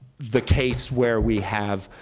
the case where we have,